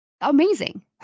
amazing